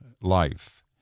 life